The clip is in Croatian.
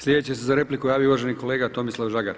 Sljedeći se za repliku javio uvaženi kolega Tomislav Žagar.